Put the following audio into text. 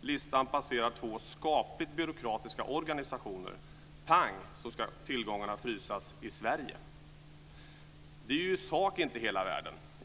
Listan passerar två skapligt byråkratiska organisationer. Pang, så ska tillgångarna frysas i Sverige! Det är i sak inte hela världen.